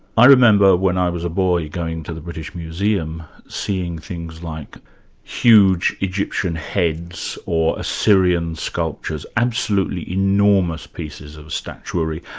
i remember when i was a boy going to the british museum, seeing things like huge egyptian heads or assyrian sculptures absolutely enormous pieces of statuary,